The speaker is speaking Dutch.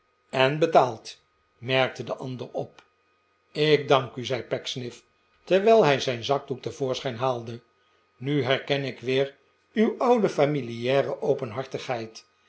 en betaald merkte de ander op ik dank u zei pecksniff terwijl hij zijn zakdoek te voorschijn haalde nu herken ik weer uw oude familiare openhartigheid